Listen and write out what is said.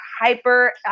hyper